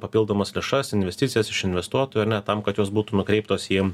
papildomas lėšas investicijas iš investuotojų ar ne tam kad jos būtų nukreiptos į